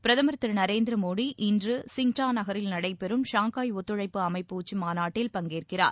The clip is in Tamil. பிரதமர் திரு நரேந்திர மோடி இன்று சிங்டா நகரில் நடைபெறும் ஷாங்காய் ஒத்துழைப்பு அமைப்பு உச்சிமாநாட்டில் பங்கேற்கிறார்